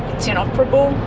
it's inoperable.